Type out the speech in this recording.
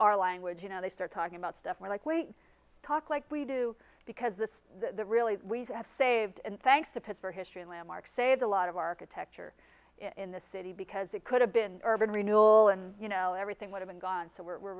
our language you know they start talking about stuff we're like we talk like we do because this is the really we have saved and thanks to pitch for history landmark saves a lot of architecture in the city because it could have been urban renewal and you know everything would have gone so we're